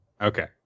Okay